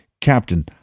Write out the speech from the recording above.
Captain